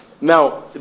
Now